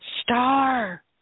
Star